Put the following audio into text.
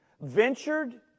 ventured